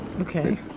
Okay